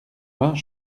vingts